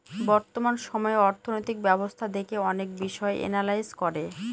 বর্তমান সময়ে অর্থনৈতিক ব্যবস্থা দেখে অনেক বিষয় এনালাইজ করে